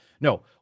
No